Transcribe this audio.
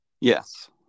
Yes